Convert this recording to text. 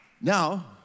Now